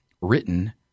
written